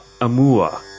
Amua